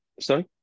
sorry